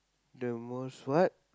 the most what